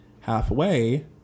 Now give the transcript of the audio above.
halfway